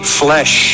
flesh